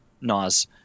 Nas